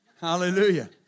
Hallelujah